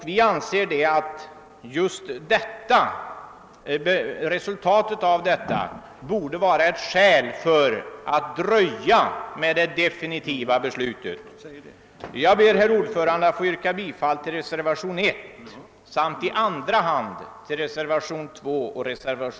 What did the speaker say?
Vi anser att det borde vara skäl att dröja med det definitiva beslutet i avvaktan på resultatet av dessa försök. Jag ber, herr talman, att få yrka bifall till reservationen I samt i andra hand till reservationerna II och III.